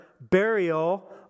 burial